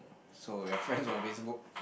so we're friends on Facebook